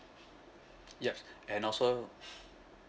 yup and also